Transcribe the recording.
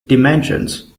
dimensions